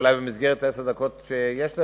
ואולי במסגרת עשר הדקות שיש לי,